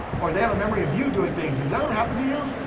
or they have a memory of you doing things. has that ever happened to you?